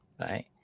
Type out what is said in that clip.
Right